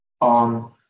on